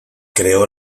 creó